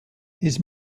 his